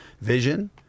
Vision